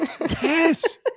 Yes